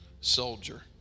soldier